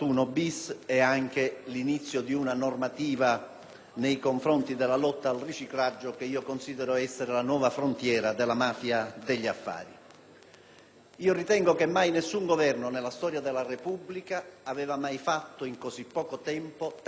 una normativa per la lotta al riciclaggio, che considero essere la nuova frontiera della mafia degli affari. Ritengo che mai nessun Governo nella storia della Repubblica abbia fatto in così poco tempo tanti provvedimenti per la lotta alla criminalità organizzata.